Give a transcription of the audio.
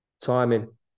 Timing